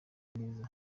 neza